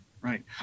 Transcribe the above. Right